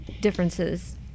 differences